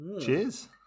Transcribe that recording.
Cheers